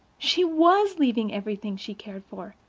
she was leaving everything she cared for.